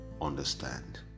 understand